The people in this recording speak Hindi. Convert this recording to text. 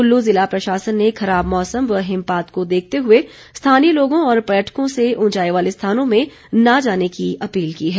कुल्लू जिला प्रशासन ने खराब मौसम व हिमपात को देखते हुए स्थानीय लोगों और पर्यटकों से उंचाई वाले स्थानों में न जाने की अपील की है